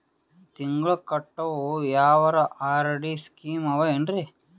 ತಿಂಗಳ ಕಟ್ಟವು ಯಾವರ ಆರ್.ಡಿ ಸ್ಕೀಮ ಆವ ಏನ್ರಿ?